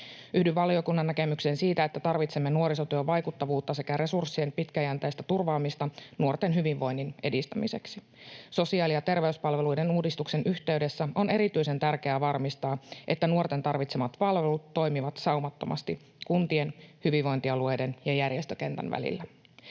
Yhdyn valiokunnan näkemykseen siitä, että tarvitsemme nuorisotyön vaikuttavuutta sekä resurssien pitkäjänteistä turvaamista nuorten hyvinvoinnin edistämiseksi. Sosiaali‑ ja terveyspalveluiden uudistuksen yhteydessä on erityisen tärkeää varmistaa, että nuorten tarvitsemat palvelut toimivat saumattomasti kuntien, hyvinvointialueiden ja järjestökentän välillä.